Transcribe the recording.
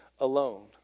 alone